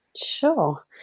Sure